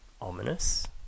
ominous